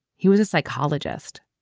he was a psychologist